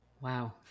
Wow